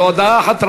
זאת הודעה אחת,